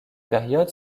période